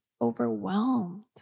overwhelmed